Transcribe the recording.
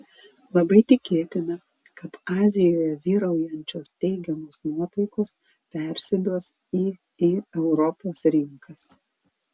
labai tikėtina kad azijoje vyraujančios teigiamos nuotaikos persiduos į į europos rinkas